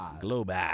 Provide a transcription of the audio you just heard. Global